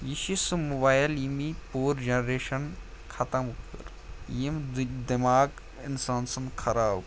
یہِ چھِ سُہ موبایل ییٚمہِ یہِ پوٗرٕ جنریشَن ختم کٔر یِم دٮ۪ماغ اِنسان سُنٛد خراب کوٚر